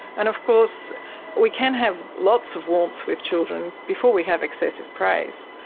and of course we can have lots of warmth with children before we have excessive praise,